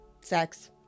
Sex